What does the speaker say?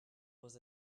was